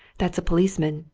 that's a policeman,